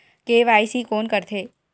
KYC कोन करथे?